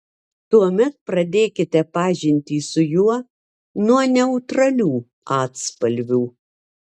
tuomet pradėkite pažintį su juo nuo neutralių atspalvių